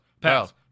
Pals